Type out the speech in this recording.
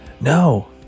No